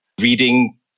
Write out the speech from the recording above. reading